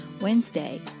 Wednesday